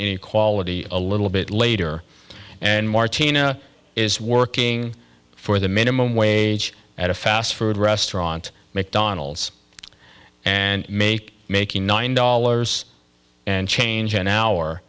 a quality a little bit later and martina is working for the minimum wage at a fast food restaurant mcdonald's and make making nine dollars and change an hour